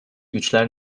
güçler